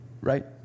Right